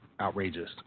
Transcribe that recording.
outrageous